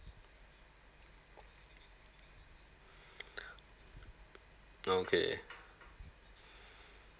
okay